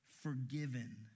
forgiven